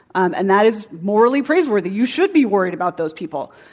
um and that is morally praiseworthy. you should be worried about those people,